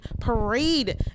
parade